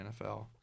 NFL